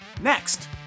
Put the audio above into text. next